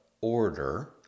order